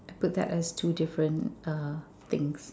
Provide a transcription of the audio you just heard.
I put that as two different uh things